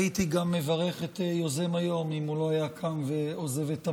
הייתי גם מברך את יוזם היום אם הוא לא היה קם ועוזב את המליאה.